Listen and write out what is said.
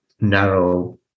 narrow